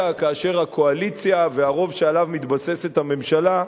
כאשר הקואליציה והרוב שעליו מתבססת הממשלה,